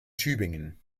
tübingen